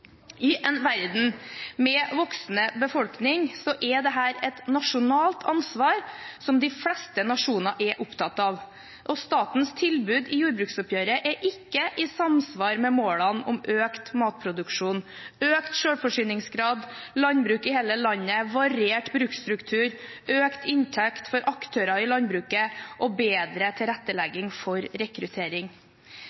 I en verden med voksende befolkning er dette et nasjonalt ansvar, som de fleste nasjoner er opptatt av. Statens tilbud i jordbruksoppgjøret er ikke i samsvar med målene om økt matproduksjon, økt selvforsyningsgrad, landbruk i hele landet, variert bruksstruktur, økt inntekt for aktører i landbruket og bedre